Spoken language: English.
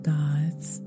God's